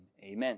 Amen